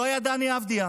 לא היה דני אבדיה,